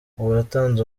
uwatanze